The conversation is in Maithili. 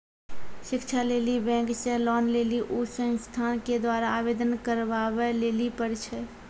शिक्षा लेली बैंक से लोन लेली उ संस्थान के द्वारा आवेदन करबाबै लेली पर छै?